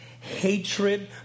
hatred